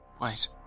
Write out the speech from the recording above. Wait